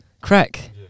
Crack